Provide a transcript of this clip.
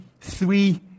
three